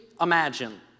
imagine